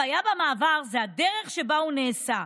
הבעיה במעבר היא הדרך שבה הוא נעשה.